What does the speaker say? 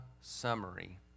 summary